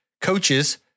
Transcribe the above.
coaches